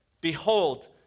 behold